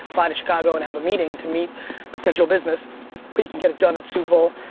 fly to chicago and have a meeting, to meet potential business but you can get it done in super bowl.